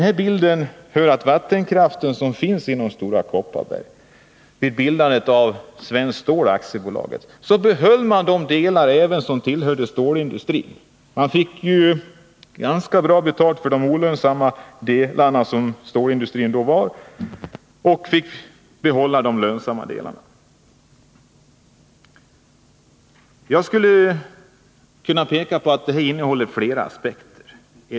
Vid bildandet av Svenskt Stål AB behöll Stora Kopparberg även de vattenkraftverk som tillhörde stålindustrin. Man fick ganska bra betalt för de olönsamma delar som stålindustrin utgjorde och fick behålla de lönsamma. Den här saken har flera aspekter.